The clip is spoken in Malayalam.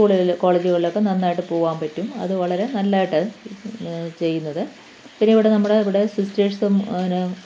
കൂടുതൽ കോളേജുകളിലൊക്കെ നന്നായിട്ട് പോവാൻ പറ്റും അത് വളരെ നല്ല ആയിട്ട് ചെയ്യുന്നത് പിന്നെ ഇവിടെ നമ്മുടെ സിസ്റ്റേഴ്സും അതിനെ